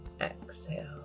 exhale